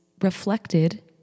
reflected